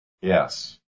yes